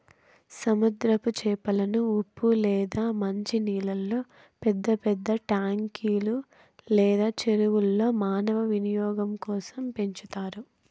సముద్రపు చేపలను ఉప్పు లేదా మంచి నీళ్ళల్లో పెద్ద పెద్ద ట్యాంకులు లేదా చెరువుల్లో మానవ వినియోగం కోసం పెంచుతారు